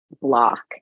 block